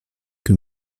que